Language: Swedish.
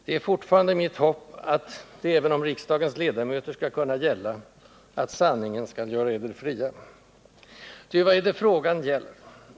Det är fortfarande mitt hopp att det även om riksdagens ledamöter skall kunna gälla att ”sanningen skall göra eder fria”. Ty vad är det frågan gäller?